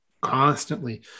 constantly